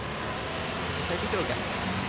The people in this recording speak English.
you know and so, i think it'll get there